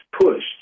pushed